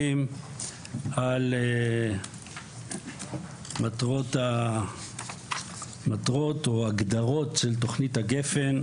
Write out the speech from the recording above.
על מטרות או הגדרות של תוכנית גפ"ן,